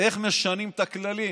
איך משנים את הכללים.